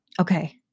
Okay